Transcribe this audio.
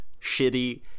shitty